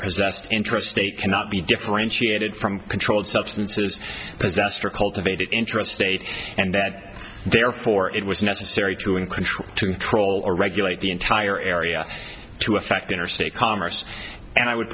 possessed intrastate cannot be differentiated from controlled substances possessed or cultivated interest states and that therefore it was necessary to include to control or regulate the entire area to affect interstate commerce and i would